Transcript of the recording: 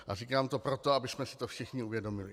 A říkám to proto, abychom si to všichni uvědomili.